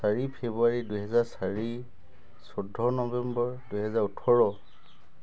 চাৰি ফেব্ৰুৱাৰী দুহেজাৰ চাৰি চৈধ্য নৱেম্বৰ দুহেজাৰ ওঁঠৰ